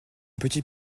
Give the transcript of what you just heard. petit